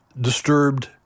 disturbed